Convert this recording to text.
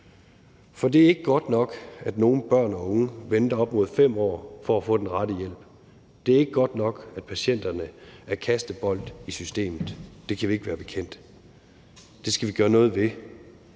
For det er ikke godt nok, at nogle børn og unge venter op mod 5 år på at få den rette hjælp. Det er ikke godt nok, at patienterne er kastebold i systemet. Det kan vi ikke være bekendt, det skal vi gøre noget ved.